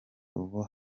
ubu